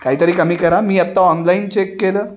काहीतरी कमी करा मी आत्ता ऑनलाईन चेक केलं